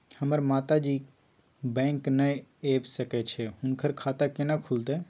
हमर माता जी बैंक नय ऐब सकै छै हुनकर खाता केना खूलतै?